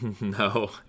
No